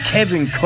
Kevin